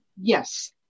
Yes